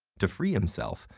to free himself,